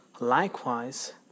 Likewise